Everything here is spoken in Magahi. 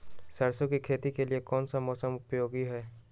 सरसो की खेती के लिए कौन सा मौसम उपयोगी है?